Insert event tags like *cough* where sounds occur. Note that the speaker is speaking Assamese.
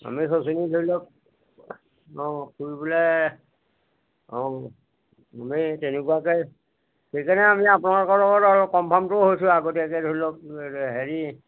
আমি সেইখিনি ধৰি লওক *unintelligible* তেনেকুৱাকে সেইকাৰণে আমি আপোনালোকৰ লগত কমফাৰ্মটোও হৈছোঁ আগতীয়াকে ধৰি লওক হেৰি